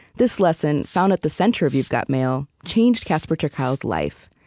this lesson, found at the center of you've got mail, changed casper ter kuile's life,